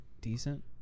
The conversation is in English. decent